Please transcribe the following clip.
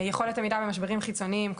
יכולת עמידה במשברים חיצוניים,